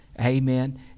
amen